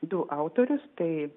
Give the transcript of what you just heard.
du autorius tai